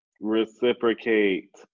Reciprocate